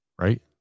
right